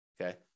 okay